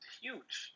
huge